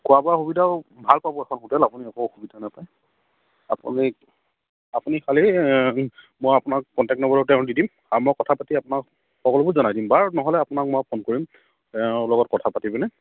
খোৱা বোৱা সুবিধাও ভাল পাব এখন হোটেল আপুনি একো অসুবিধা নাপায় আপুনি আপুনি খালী মই আপোনাক কণ্টেক্ট নম্বৰটো তেওঁৰ দি দিম আৰু মই কথা পাতি আপোনাক সকলোবোৰ জনাই দিম বাৰু নহ'লে আপোনাক মই ফোন কৰিম লগত কথা পাতি পিনে